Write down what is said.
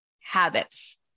Habits